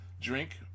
drink